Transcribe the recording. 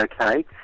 Okay